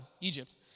Egypt